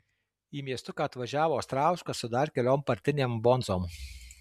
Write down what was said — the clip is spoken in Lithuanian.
į miestuką atvažiavo astrauskas su dar keliom partinėm bonzom